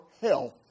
health